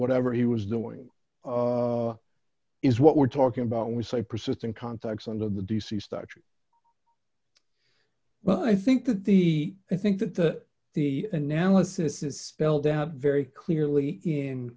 whatever he was doing is what we're talking about when we say persistent contacts and of the d c starch well i think that the i think that the the analysis is spelled out very clearly in